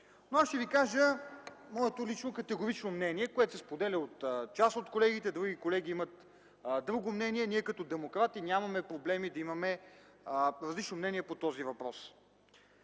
Аз ще ви кажа моето лично категорично мнение, което се споделя от част от колегите, други колеги имат друго мнение, ние като демократи нямаме проблеми да имаме различно мнение по този въпрос.